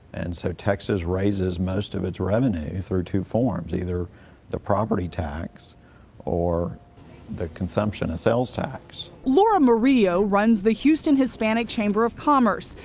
and so texas raises most of its revenue through two forms, either the property tax or the consumption, or sales, tax. laura murillo runs the houston hispanic chamber of commerce,